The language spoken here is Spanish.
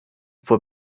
fue